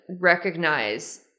recognize